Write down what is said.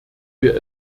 wir